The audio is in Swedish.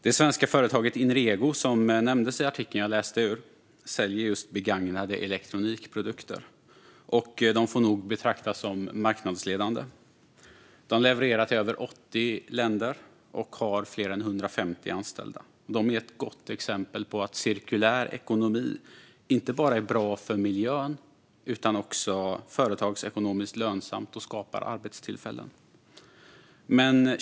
Det svenska företaget Inrego, som nämndes i artikeln jag läste ur, säljer just begagnade elektronikprodukter och får nog betraktas som marknadsledande. De levererar till över 80 länder och har fler än 150 anställda. De är ett gott exempel på att cirkulär ekonomi inte bara är bra för miljön utan också företagsekonomiskt lönsamt och skapar arbetstillfällen.